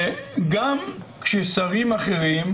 גם כששרים אחרים,